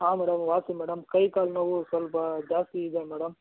ಹಾಂ ಮೇಡಮ್ ವಾಸಿ ಮೇಡಮ್ ಕೈಕಾಲು ನೋವು ಸ್ವಲ್ಪ ಜಾಸ್ತಿ ಇದೆ ಮೇಡಮ್